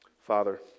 father